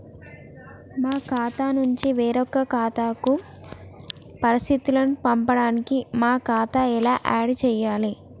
మా ఖాతా నుంచి వేరొక ఖాతాకు పరిస్థితులను పంపడానికి మా ఖాతా ఎలా ఆడ్ చేయాలి?